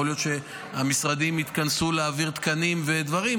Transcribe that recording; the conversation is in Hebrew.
יכול להיות שהמשרדים יתכנסו להעביר תקנים ודברים,